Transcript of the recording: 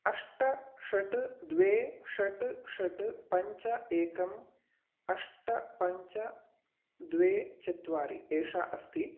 अष्ट षट् द्वे षट् षट् पञ्च एकम् अष्ट पञ्च द्वे चत्वारि एषा अस्ति